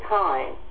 time